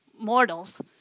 mortals